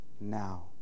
now